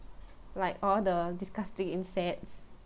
like all the disgusting insects